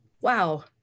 wow